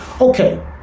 Okay